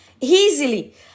easily